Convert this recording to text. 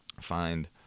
find